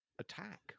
attack